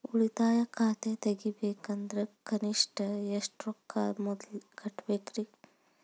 ಉಳಿತಾಯ ಖಾತೆ ತೆಗಿಬೇಕಂದ್ರ ಕನಿಷ್ಟ ಎಷ್ಟು ರೊಕ್ಕ ಮೊದಲ ಕಟ್ಟಬೇಕ್ರಿ?